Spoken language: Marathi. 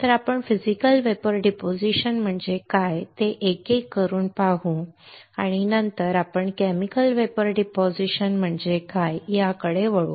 तर आपण फिजिकल वेपर डिपॉझिशन म्हणजे काय ते एक एक करून पाहू आणि नंतर आपण केमिकल वेपर डिपॉझिशन म्हणजे काय याकडे वळू